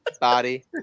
body